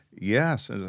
Yes